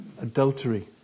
adultery